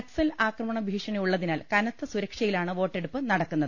നക്സൽ ആക്രമണ ഭീഷണി ഉള്ളതിനാൽ കനത്ത സുരക്ഷയിലാണ് വോട്ടെടുപ്പ് നടക്കുന്നത്